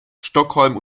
stockholm